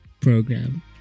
program